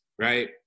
right